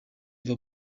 iva